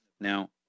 Now